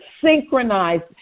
synchronized